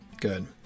good